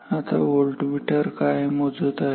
आता व्होल्टमीटर काय मोजत आहे